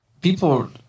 People